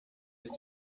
ist